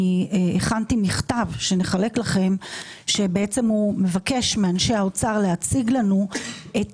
הכנתי מכתב שבו הוא מבקש מאנשי האוצר להציג לנו את